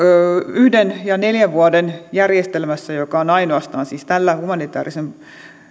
yhden ja neljän vuoden järjestelmässä joka on ainoastaan siis tämän humanitäärisen